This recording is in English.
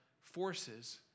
forces